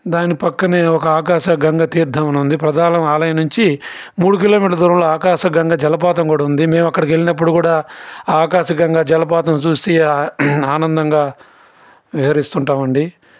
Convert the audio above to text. దాన్ని పక్కనే ఒక ఆకాశ గంగ తీర్థం అని ఉంది ప్రధాన ఆలయం నుంచి మూడు కిలో మీటర్ల దూరంలో ఆకాశగంగా జలపాతం కూడా ఉంది మేము అక్కడికి వెళ్ళినప్పుడు కూడా ఆకాశగంగా జలపాతం చూసి ఆనందంగా విహరిస్తుంటాం అండి